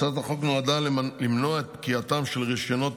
הצעת החוק נועדה למנוע את פקיעתם של רישיונות